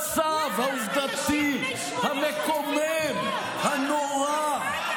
זה המצב העובדתי, המקומם, הנורא.